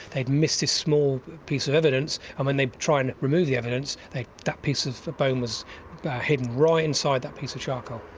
they'd missed this small piece of evidence, and when they tried and removed the evidence, that piece of bone was hidden right inside that piece of charcoal.